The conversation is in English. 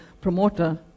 promoter